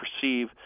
perceive